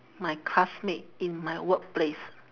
my classmate in my work place